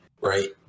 right